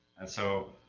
and so,